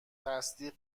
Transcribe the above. تصدیق